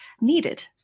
needed